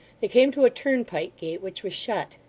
they came to a turnpike-gate, which was shut.